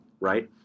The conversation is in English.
right